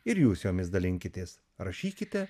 ir jūs jomis dalinkitės rašykite